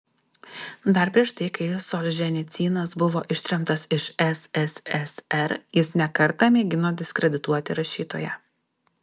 dar prieš tai kai solženicynas buvo ištremtas iš sssr jis ne kartą mėgino diskredituoti rašytoją